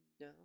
no